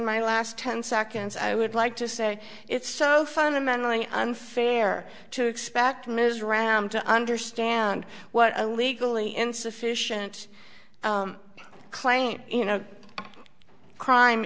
my last ten seconds i would like to say it's so fundamentally unfair to expect ms round to understand what a legally insufficient claim you know crime